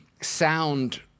sound